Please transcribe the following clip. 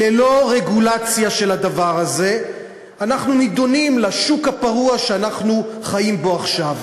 ללא רגולציה של הדבר הזה אנחנו נדונים לשוק הפרוע שאנחנו חיים בו עכשיו.